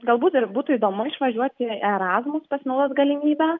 galbūt dar būtų įdomu išvažiuoti į erasmus pasinaudot galimybe